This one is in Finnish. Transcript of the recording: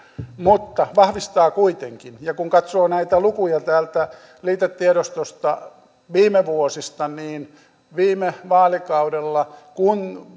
mutta vahvistaa kuitenkin ja kun katsoo näitä lukuja täältä liitetiedostosta viime vuosilta niin viime vaalikaudella